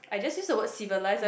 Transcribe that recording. I just use the word civilized